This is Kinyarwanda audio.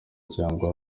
cyangwa